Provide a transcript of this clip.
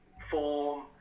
form